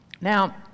Now